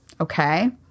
Okay